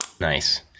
Nice